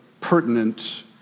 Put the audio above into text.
pertinent